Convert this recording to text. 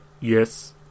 yes